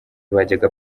bajyaga